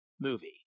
movie